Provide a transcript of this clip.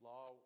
Law